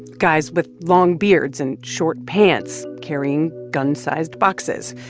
guys with long beards and short pants carrying gun-sized boxes,